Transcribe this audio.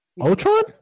Ultron